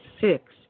six